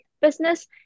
business